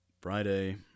Friday